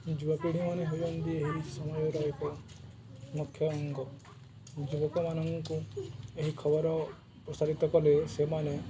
ଯୁବପିଢ଼ି ମାନେ ସମୟର ଏକ ମୁଖ୍ୟ ଅଙ୍ଗ ଯୁବକମାନଙ୍କୁ ଏହି ଖବର ପ୍ରସାରିତ କଲେ ସେମାନେ